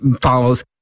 follows